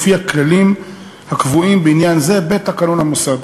לפי הכללים הקבועים בעניין זה בתקנון המוסד".